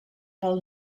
pel